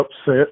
upset